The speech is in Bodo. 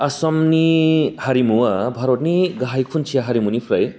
आसामनि हारिमुआ भारतनि गाहाय खुन्थिया हारिमुनिफ्राइ